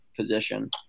position